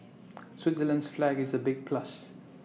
Switzerland's flag is A big plus